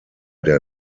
der